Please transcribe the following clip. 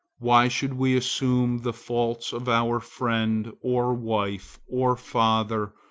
why should we assume the faults of our friend, or wife, or father,